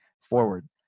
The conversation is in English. forward